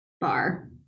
Bar